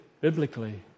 biblically